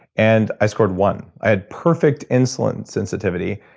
and i scored one. i had perfect insulin sensitivity.